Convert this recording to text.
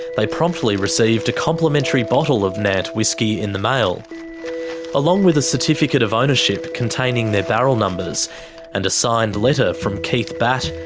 they promptly received a complimentary bottle of nant whisky in the mail along with a certificate of ownership containing their barrel numbers and a signed letter from keith batt,